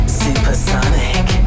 supersonic